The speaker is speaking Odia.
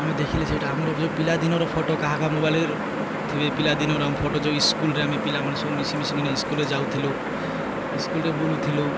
ଆମେ ଦେଖିଲେ ସେଇଟା ଆମର ଯେଉଁ ପିଲାଦିନର ଫଟୋ କାହାକାହା ମୋବାଇଲ୍ରେ ଥାଏ ପିଲାଦିନର ଆମ ଫଟୋ ଯେଉଁ ସ୍କୁଲ୍ରେ ଆମେ ପିଲାମାନେ ସବୁ ମିଶି ମିଶକରି ନା ସ୍କୁଲ୍ରେ ଯାଉଥିଲୁ ସ୍କୁଲ୍ରେ ବୁଲୁଥିଲୁ